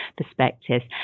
perspectives